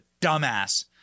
dumbass